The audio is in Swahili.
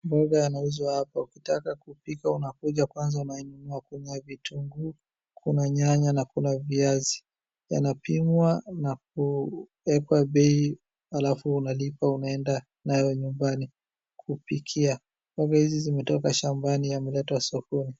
Mboga yanauzwa hapa. Ukitaka kupika unakuja kwanza unainunua. Kuna vitunguu, kuna nyanya na kuna viazi. Yanapimwa na kuekwa bei alafu unalipa unaenda nayo nyumbani kupikia. Mboga hizi zimetoka shambani yameletwa sokoni.